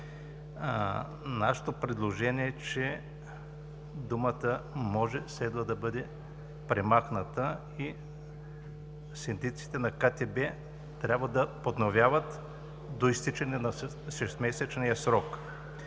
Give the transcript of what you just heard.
Нашето предложение е, че думата „може“ следва да бъде премахната и синдиците на КТБ трябва да подновяват до изтичане на шестмесечния срок.